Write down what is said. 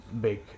big